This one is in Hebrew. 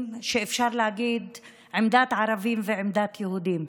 שאפשר להגיד שיש בהם עמדת ערבים ועמדת יהודים.